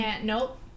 Nope